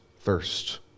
thirst